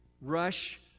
rush